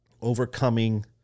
overcoming